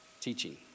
Teaching